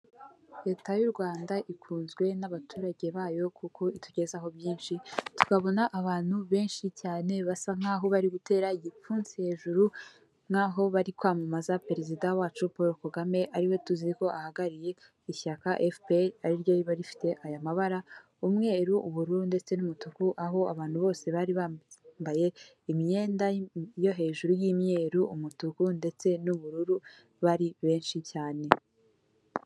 Leta y'u Rwanda ikunzwe n'abaturage bayo kuko itugezaho byinshi tukabona abantu benshi cyane basa nkaho bari gutera igipfunsi hejuru nkaho bari kwamamaza perezida wacu Paul Kagame ariwe tuzi ko ahagarariye ishyaka efuperi, ari ryo riba rifite aya mabara umweru, ubururu ndetse n'umutuku, aho abantu bose bari bambaye imyenda yo hejuru y'imyeru, umutuku ndetse n'ubururu bari benshi cyane.